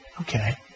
okay